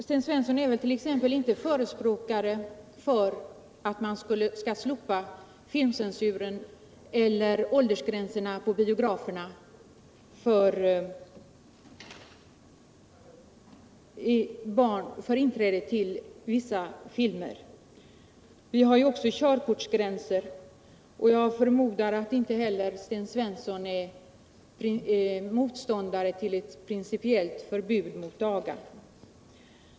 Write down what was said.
Sten Svensson är väl inte förespråkare för att man t.ex. skulle slopa filmcensuren eller åldergränserna på biograferna för tillträde till vissa filmer? Vi har också körkortsregler — inte vill väl Sten Svensson avskaffa dem? Jag förmodar att Sten Svensson inte heller är motståndare till ett principiellt förbud mot aga.